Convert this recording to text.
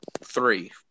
three